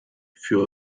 für